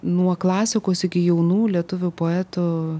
nuo klasikos iki jaunų lietuvių poetų